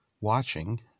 watching